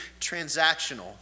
transactional